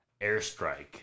Airstrike